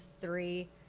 three